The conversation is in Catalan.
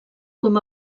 com